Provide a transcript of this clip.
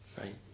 right